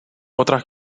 otras